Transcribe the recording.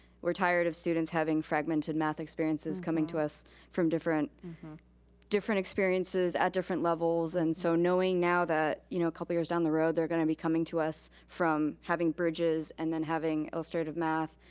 we're tired of students having fragmented math experiences, coming to us from different different experiences at different levels. and so knowing now that you know a couple years down the road they're gonna be coming to us from having bridges and then having illustrative math.